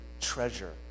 treasure